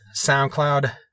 SoundCloud